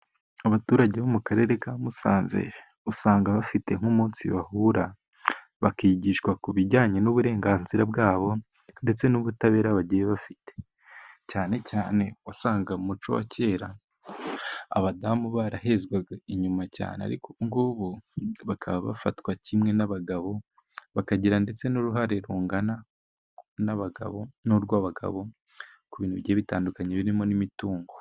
Abaturage bo mu karere ka Musanze, usanga bafite nk'umunsi bahura, bakigishwa ku bijyanye n'uburenganzira bwabo, ndetse n'ubutabera bagiye bafite, cyane cyane wasangaga mu muco wa kera, abadamu barahezwaga inyuma cyane ariko ubu ngubu bakaba bafatwa kimwe n'abagabo, bakagira ndetse n'uruhare rungana n'urw'abagabo, ku bintu bigiye bitandukanye birimo n'imitungo.